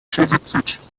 verwitwet